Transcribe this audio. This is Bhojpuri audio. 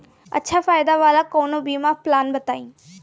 अच्छा फायदा वाला कवनो बीमा पलान बताईं?